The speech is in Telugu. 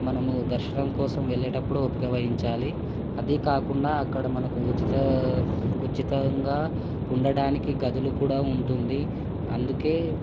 మనము దర్శనం కోసం వెళ్ళేటప్పుడు ఓపిక వహించాలి అదికాకుండా అక్కడ మనకు ఉచిత ఉచితంగా ఉండడానికి గదులు కూడా ఉంటుంది అందుకే